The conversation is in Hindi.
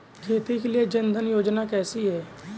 खेती के लिए जन धन योजना कैसी है?